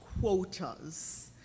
quotas